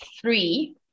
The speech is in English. three